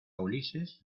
ulises